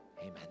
Amen